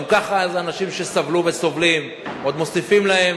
גם כך אנשים שסבלו וסובלים עוד מוסיפים להם